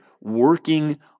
working